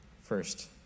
first